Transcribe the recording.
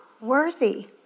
worthy